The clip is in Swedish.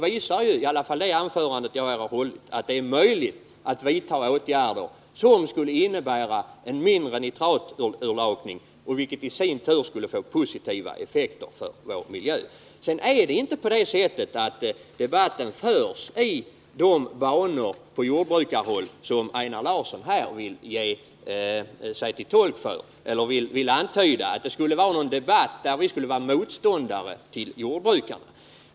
I mitt anförande har jag visat att det är möjligt att vidta åtgärder som skulle innebära en mindre nitraturlakning, vilket i sin tur skulle få positiva effekter för vår miljö. Debatten på jordbrukarhåll förs inte i de banor som Einar Larsson här vill antyda, nämligen att vi skulle vara motståndare till jordbrukarna.